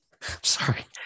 Sorry